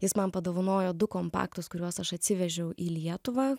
jis man padovanojo du kompaktus kuriuos aš atsivežiau į lietuvą